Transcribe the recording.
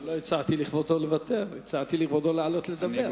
לא הצעתי לכבודו לוותר, הצעתי לכבודו לעלות לדבר.